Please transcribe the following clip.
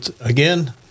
again